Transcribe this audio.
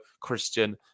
Christian